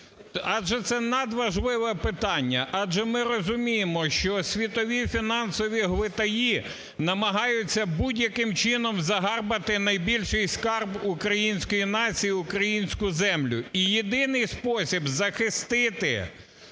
Адже це надважливе питання. Адже ми розуміємо, що світові фінансові глитаї намагаються будь-яким чином загарбати найбільший скарб української нації – українську землю. І єдиний спосіб захистити